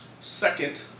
Second